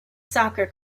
soccer